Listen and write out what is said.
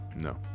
No